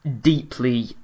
deeply